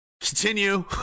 Continue